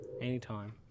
Anytime